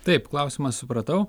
taip klausimą supratau